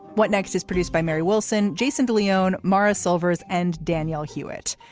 what next is produced by mary wilson. jason de leon morris silvers and danielle hewitt.